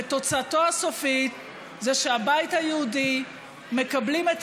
ותוצאתו הסופית היא שהבית היהודי מקבלים את